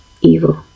evil